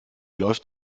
läuft